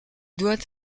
doit